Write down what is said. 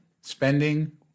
spending